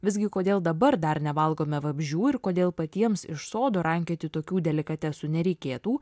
visgi kodėl dabar dar nevalgome vabzdžių ir kodėl patiems iš sodo rankioti tokių delikatesų nereikėtų